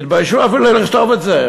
התביישו אפילו לכתוב את זה.